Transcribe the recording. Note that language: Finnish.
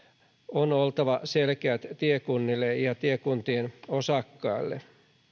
on oltava selkeät tiekunnille ja tiekuntien osakkaille